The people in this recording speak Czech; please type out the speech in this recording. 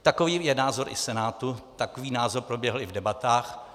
Takový je názor i Senátu, takový názor proběhl i v debatách.